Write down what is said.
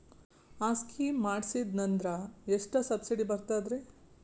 ಆ ಸ್ಕೀಮ ಮಾಡ್ಸೀದ್ನಂದರ ಎಷ್ಟ ಸಬ್ಸಿಡಿ ಬರ್ತಾದ್ರೀ?